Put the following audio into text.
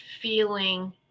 feeling